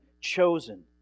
chosen